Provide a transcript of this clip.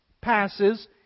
passes